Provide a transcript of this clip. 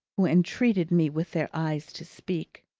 who entreated me with their eyes to speak,